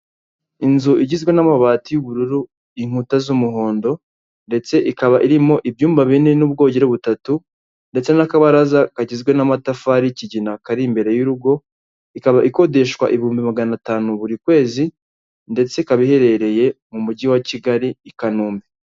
Inzu igizwe n'amabati y'ubururu, inkuta z'umuhondo ndetse ikaba irimo ibyumba bine n'ubwogero butatu ndetse n'akabaraza kagizwe n'amatafari y'ikigina kari imbere y'urugo, ikaba ikodeshwa ibihumbi magana atanu buri kwezi ndetse ikaba iherereye mu mujyi wa Kigali i Kanombe.